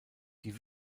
die